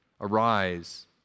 Arise